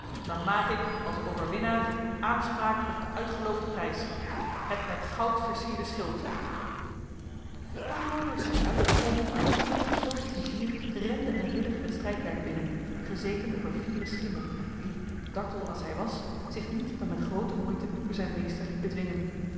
dan maak ik als overwinnaar aanspraak op den uitgeloofden prijs het met goud versierde schild maar nauwelijks had hij uitgesproken of met gesloten vizier rende een ridder het strijdperk binnen gezeten op een fieren schimmel die dartel als hij was zich niet dan met groote moeite door zijn meester liet bedwingen